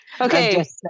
okay